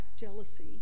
jealousy